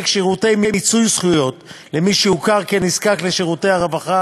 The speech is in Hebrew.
שירותי מיצוי זכויות למי שהוכר כנזקק לשירותי הרווחה,